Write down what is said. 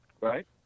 Right